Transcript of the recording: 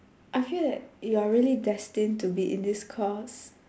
I feel that you are really destined to be in this course